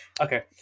okay